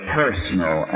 personal